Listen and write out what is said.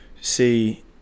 see